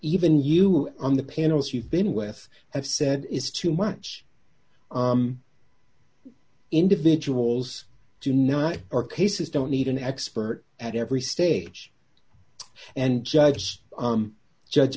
even you on the panels you've been with have said is too much individuals do not our cases don't need an expert at every stage and judge judge